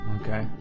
okay